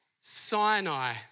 Sinai